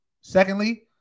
Secondly